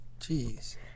Jeez